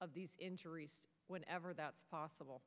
of these injuries whenever that's possible